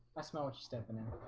i smell what you're stepping in.